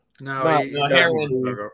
No